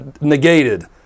negated